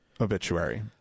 obituary